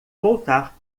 voltar